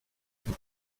von